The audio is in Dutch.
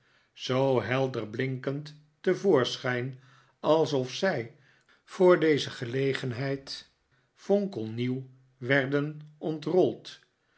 zoo helderblinkend te voorschijn alsof zij voor deze gelegenheid f onkelnieuw werden ontrold